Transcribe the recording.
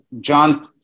John